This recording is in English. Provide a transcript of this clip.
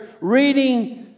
reading